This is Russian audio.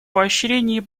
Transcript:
поощрении